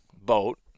boat